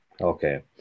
Okay